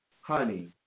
honey